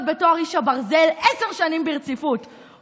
בתואר איש הברזל עשר שנים ברציפות,